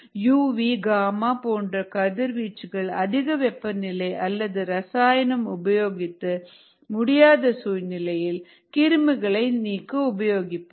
UV gamma போன்ற கதிர்வீச்சுகள் அதிக வெப்பநிலை அல்லது ரசாயனமும் உபயோகிக்க முடியாத சூழ்நிலையில் கிருமிகளை நீக்க உபயோகிப்போம்